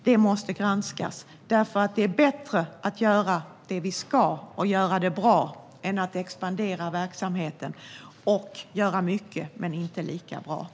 Detta måste granskas, för det är bättre att göra det vi ska göra bra än att expandera verksamheten och göra mycket men inte göra detta lika bra.